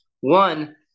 One